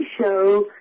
Show